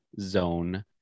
zone